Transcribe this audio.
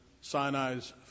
Sinai's